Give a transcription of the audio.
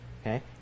Okay